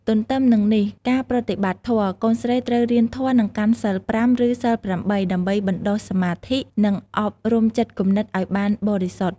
ទទ្ទឹមនឹងនេះ ការប្រតិបត្តិធម៌ កូនស្រីត្រូវរៀនធម៌ និងកាន់សីល ៥ ឬសីល ៨ ដើម្បីបណ្តុះសមាធិ និងអប់រំចិត្តគំនិតឱ្យបានបរិសុទ្ធ។